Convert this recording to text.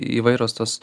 įvairios tos